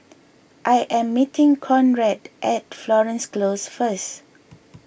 I am meeting Conrad at Florence Close first